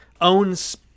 owns